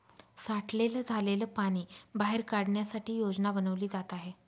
साठलेलं झालेल पाणी बाहेर काढण्यासाठी योजना बनवली जात आहे